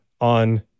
on